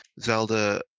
Zelda